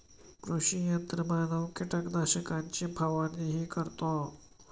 कृषी यंत्रमानव कीटकनाशकांची फवारणीही करतो